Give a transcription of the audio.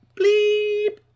bleep